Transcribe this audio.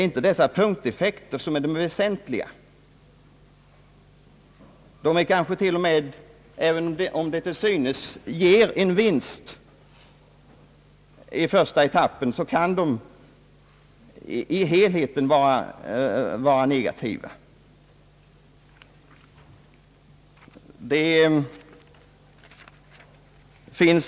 Dessa punkteffekter är inte så väsentliga. Även om de till synes ger en vinst i första etappen, kan de totalt sett ge ett negativt resultat.